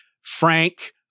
Frank